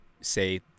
Say